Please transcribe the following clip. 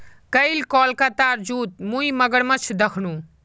कईल कोलकातार जूत मुई मगरमच्छ दखनू